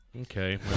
Okay